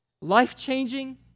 life-changing